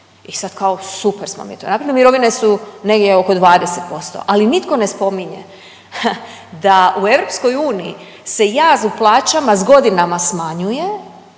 I sad kao super smo mi to napravili, mirovine su negdje oko 20% ali nitko ne spominje da u EU se jaz u plaćama s godinama smanjuje